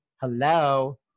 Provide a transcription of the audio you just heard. Hello